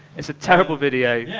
it's a terrible video.